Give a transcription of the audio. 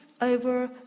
over